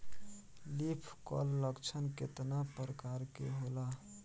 Leaf curl लक्षण केतना परकार के होला?